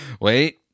Wait